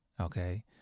Okay